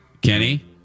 Kenny